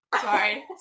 Sorry